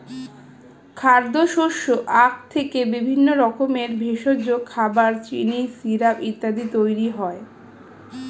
খাদ্যশস্য আখ থেকে বিভিন্ন রকমের ভেষজ, খাবার, চিনি, সিরাপ ইত্যাদি তৈরি হয়